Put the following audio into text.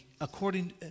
according